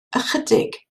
ychydig